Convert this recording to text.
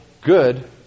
good